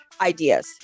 ideas